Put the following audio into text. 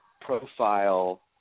profile